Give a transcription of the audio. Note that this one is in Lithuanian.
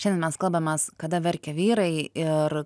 šiandien mes kalbamės kada verkia vyrai ir